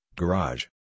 garage